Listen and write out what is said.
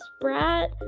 brat